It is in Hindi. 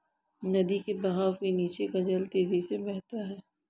नदी के बहाव के नीचे का जल तेजी से बहता है